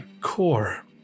core